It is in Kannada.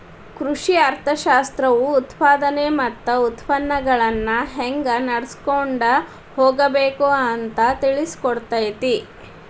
ಕೃಷಿ ಅರ್ಥಶಾಸ್ತ್ರವು ಉತ್ಪಾದನೆ ಮತ್ತ ಉತ್ಪನ್ನಗಳನ್ನಾ ಹೆಂಗ ನಡ್ಸಕೊಂಡ ಹೋಗಬೇಕು ಅಂತಾ ತಿಳ್ಸಿಕೊಡತೈತಿ